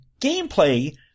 gameplay